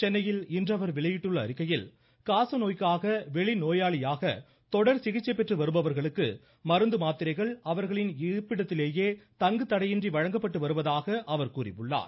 சென்னையில் இன்று அவர் வெளியிட்டுள்ள அறிக்கையில் காசநோய்க்காக வெளிநோயாளியாக தொடர் சிகிச்சை பெற்று வருபவர்களுக்கு மருந்து மாத்திரைகள் அவர்களின் இருப்பிடத்திலேயே தங்கு தடையின்றி வழங்கப்பட்டு வருவதாக அவர் கூறியுள்ளார்